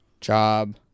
job